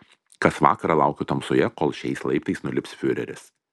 kas vakarą laukiu tamsoje kol šiais laiptais nulips fiureris